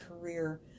career